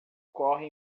corre